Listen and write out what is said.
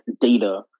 data